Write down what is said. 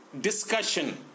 discussion